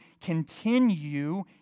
continue